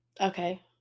Okay